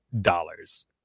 dollars